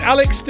Alex